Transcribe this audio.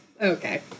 Okay